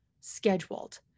scheduled